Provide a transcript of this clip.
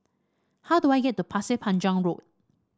how do I get to Pasir Panjang Road